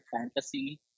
fantasy